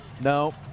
No